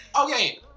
Okay